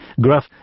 gruff